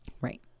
right